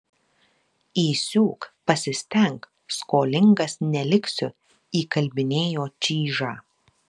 įsiūk pasistenk skolingas neliksiu įkalbinėjo čyžą